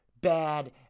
bad